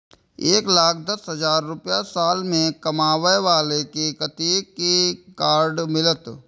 एक लाख दस हजार रुपया साल में कमाबै बाला के कतेक के कार्ड मिलत?